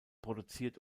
produziert